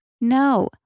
No